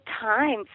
time